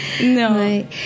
No